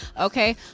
okay